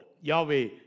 Yahweh